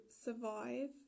survive